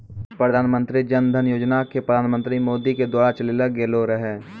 प्रधानमन्त्री जन धन योजना के प्रधानमन्त्री मोदी के द्वारा चलैलो गेलो रहै